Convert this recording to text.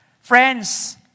Friends